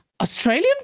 Australian